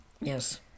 Yes